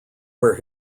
where